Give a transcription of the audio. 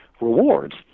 rewards